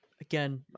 again